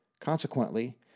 Consequently